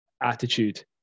attitude